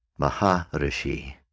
Maharishi